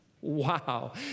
wow